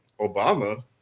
Obama